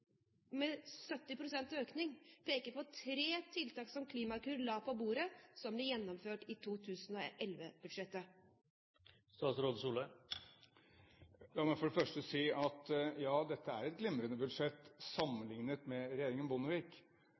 med en 70 pst.-økning, peke på tre tiltak som Klimakur har lagt på bordet, som blir gjennomført med 2011-budsjettet? La meg først si at dette er et glimrende budsjett sammenlignet med regjeringen